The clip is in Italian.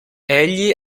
egli